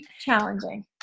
challenging